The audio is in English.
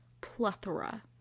Plethora